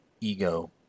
ego